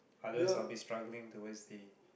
otherwise I will be struggling towards the